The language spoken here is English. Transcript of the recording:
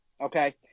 Okay